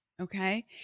okay